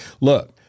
look